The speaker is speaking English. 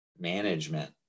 management